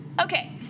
Okay